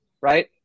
right